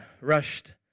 rushed